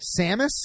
Samus